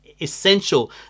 essential